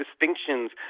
distinctions